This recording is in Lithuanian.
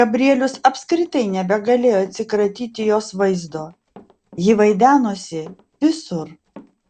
gabrielius apskritai nebegalėjo atsikratyti jos vaizdo ji vaidenosi visur